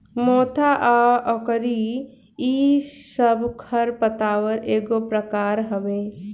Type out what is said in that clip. मोथा आ अकरी इ सब खर पतवार एगो प्रकार हवे